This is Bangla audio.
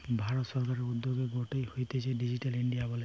ভারত সরকারের উদ্যোগ গটে হতিছে ডিজিটাল ইন্ডিয়া বলে